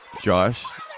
josh